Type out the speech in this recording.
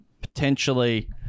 Potentially